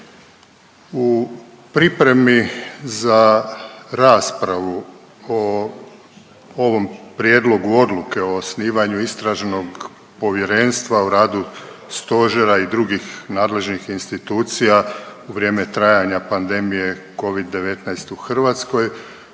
U pripremi za raspravu o ovom prijedlogu odluke o osnivanju istražnog povjerenstva o radu stožera i drugih nadležnih institucija u vrijeme trajanja pandemije Covid-19 u Hrvatskoj,